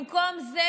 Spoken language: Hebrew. במקום זה,